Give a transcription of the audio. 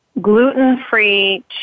gluten-free